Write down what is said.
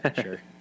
Sure